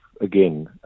again